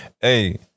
Hey